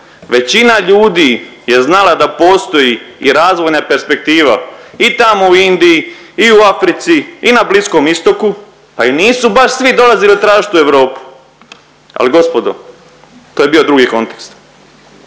Većina ljudi je znala da postoji i razvojna perspektiva i tamo u Indiji i u Africi i na Bliskom Istoku pa ju nisu baš svi dolaziti tražiti u Europu, ali gospodo to je bio drugi kontekst.